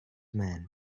men